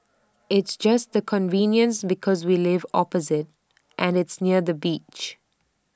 it's just the convenience because we live opposite and it's near the beach